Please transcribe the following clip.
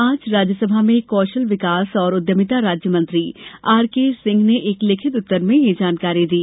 आज राज्यसभा में कौशल विकास और उद्यमिता राज्य मंत्री आर के सिंह ने एक लिखित उत्तर में यह जानकारी दी